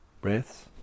breaths